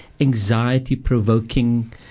anxiety-provoking